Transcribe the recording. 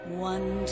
one